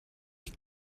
ich